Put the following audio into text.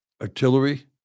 artillery